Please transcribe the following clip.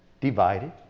divided